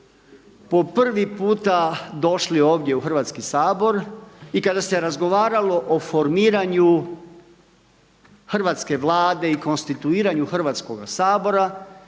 po prvi puta došli ovdje u Hrvatski sabor i kada se razgovaralo o formiranju hrvatske Vlade i konstituiranju Hrvatskoga sabora